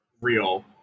real